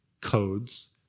codes